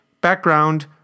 background